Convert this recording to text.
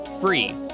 free